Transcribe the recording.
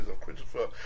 Christopher